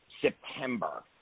September